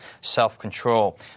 self-control